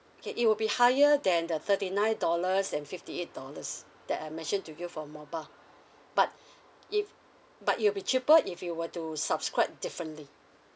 okay it will be higher than the thirty nine dollars and fifty eight dollars that I mentioned to you for mobile but if but it will be cheaper if you were to subscribe differently